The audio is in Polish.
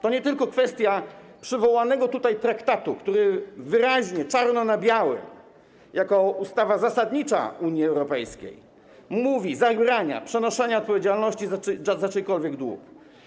To nie tylko kwestia przywołanego tutaj traktatu, który wyraźnie, czarno na białym jako ustawa zasadnicza Unii Europejskiej zabrania przenoszenia odpowiedzialności za czyjekolwiek długi.